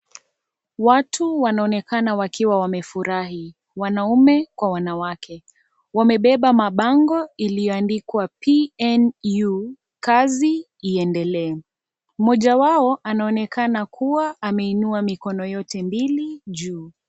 Watu wanaonekana wakiwa wamefurahi. Wanaume kwa wanawake. Wamebeba mabango iliyoandikwa PNU, kazi iendelee. Mmoja wao, anaonekana kuwa, ameinua mikono yote mbili juu.